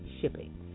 shipping